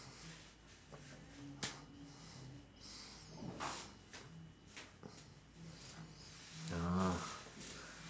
ah